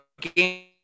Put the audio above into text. game